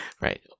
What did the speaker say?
Right